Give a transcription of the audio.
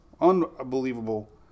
unbelievable